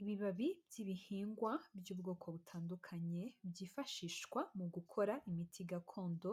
Ibibabi by'ibihingwa by'ubwoko butandukanye, byifashishwa mu gukora imiti gakondo,